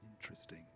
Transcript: Interesting